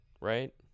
right